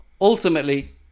ultimately